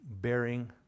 bearing